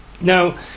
Now